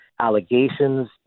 allegations